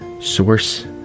source